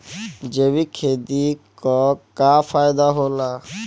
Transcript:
जैविक खेती क का फायदा होला?